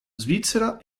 svizzera